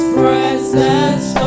presence